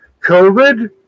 COVID